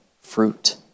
fruit